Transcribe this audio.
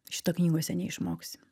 šito knygose neišmoksi